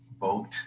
vote